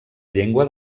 llengua